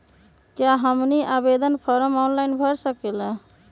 क्या हमनी आवेदन फॉर्म ऑनलाइन भर सकेला?